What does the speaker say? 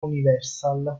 universal